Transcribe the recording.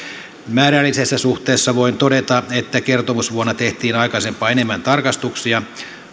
määrällisessä suhteessa voin todeta että kertomusvuonna tehtiin aikaisempaa enemmän tarkastuksia